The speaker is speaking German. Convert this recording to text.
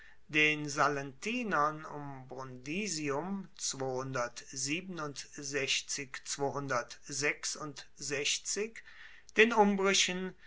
den sallentinern um brundisium den umbrischen